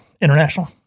International